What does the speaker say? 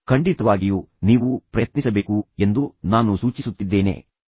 ಖಂಡಿತವಾಗಿಯೂ ನೀವು ಪ್ರಯತ್ನಿಸಬೇಕು ಎಂದು ನಾನು ಸೂಚಿಸುತ್ತಿದ್ದೇನೆ ನೀವು ಅದರಲ್ಲಿ ಒಬ್ಬರಾಗಿರಬೇಕು